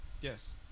Yes